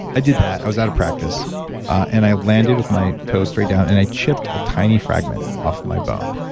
i did that. i was out of practice and i landed with my toe straight down and i chipped a tiny fragment off my bone.